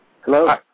hello